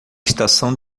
estação